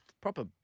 proper